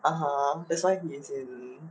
(uh huh) that's why he's in